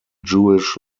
jewish